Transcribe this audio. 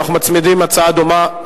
אנחנו מצמידים הצעה דומה,